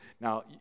Now